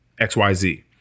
xyz